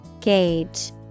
Gauge